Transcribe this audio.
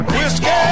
Whiskey